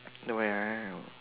the !wow!